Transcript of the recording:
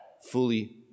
fully